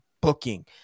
booking